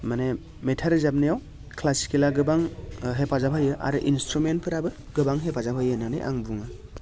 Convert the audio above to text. माने मेथाइ रोजाबनायाव क्लासिकेला गोबां ओ हेफाजाब होयो आरो इन्सट्रुमेन्टफोराबो गोबां हेफाजाब होयो होननानै आं बुङो